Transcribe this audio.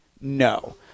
No